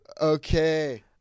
Okay